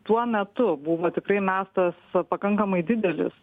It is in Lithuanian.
tuo metu buvo tikrai mestas pakankamai didelis